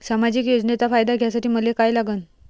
सामाजिक योजनेचा फायदा घ्यासाठी मले काय लागन?